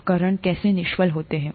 उपकरण कैसे निष्फल होते हैं